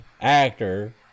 actor